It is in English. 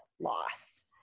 loss